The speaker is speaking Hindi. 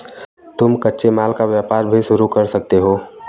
तुम कच्चे माल का व्यापार भी शुरू कर सकते हो